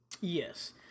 Yes